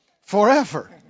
forever